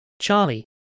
Charlie